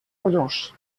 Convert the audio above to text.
pollós